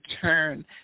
turn